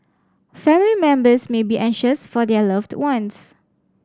family members may be anxious for their loved ones